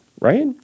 right